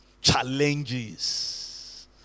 challenges